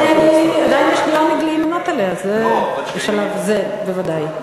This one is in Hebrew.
עדיין יש לי עונג להימנות עליה, בשלב זה בוודאי.